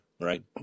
Right